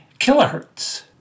kilohertz